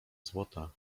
złota